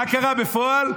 מה קרה בפועל?